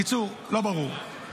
בקיצור, לא ברור.